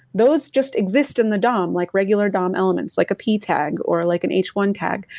those just exists on the dom like regular dom elements like a p tag or like an h one tag.